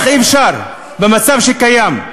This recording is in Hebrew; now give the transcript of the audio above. איך אפשר, במצב שקיים?